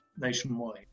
nationwide